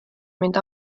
mind